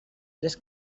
tres